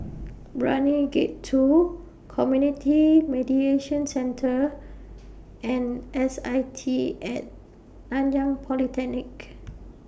Brani Gate two Community Mediation Centre and S I T At Nanyang Polytechnic